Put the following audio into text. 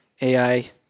AI